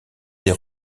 des